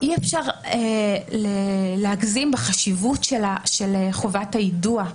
אי אפשר להגזים בחשיבות של חובת היידוע,